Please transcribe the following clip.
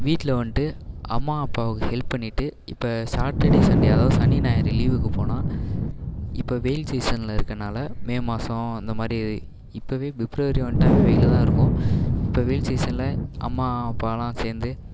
வீட்டில் வந்துட்டு அம்மா அப்பாவுக்கு ஹெல்ப் பண்ணிவிட்டு இப்போ சாட்டர்டே சண்டே அதாவது சனி ஞாயிறு லீவுக்கு போனால் இப்போது வெயில் சீசனில் இருக்கன்னால் மே மாதம் அந்த மாதிரி இப்போவே பிப்ரவரி வந்துட்டாவே வெயில்தான் இருக்கும் இப்போ வெயில் சீசனில் அம்மா அப்பாயெலாம் சேர்ந்து